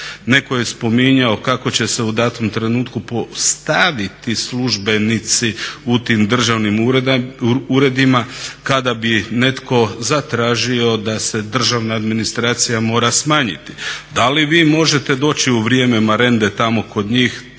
Netko je spominjao kako će se u danom trenutku postaviti službenici u tim državnim uredima kada bi netko zatražio da se državna administracija mora smanjiti. Da li vi možete doći u vrijeme marende tamo kod njih,